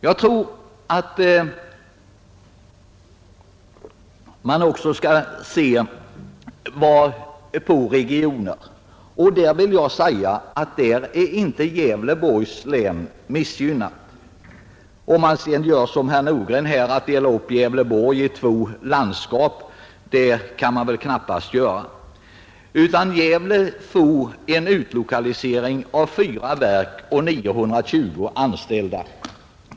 Jag tror att man också skall se på regioner. I detta avseende är inte Gävleborgs län missgynnat. Att som herr Nordgren dela upp Gävleborgs län i två landskap kan man väl inte göra, Gävle får en utlokalisering av fyra verk och 920 anställda.